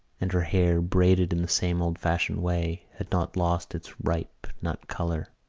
and her hair, braided in the same old-fashioned way, had not lost its ripe nut colour.